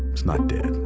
it's not dead.